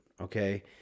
okay